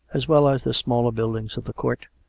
as well as the smaller buildings of the court,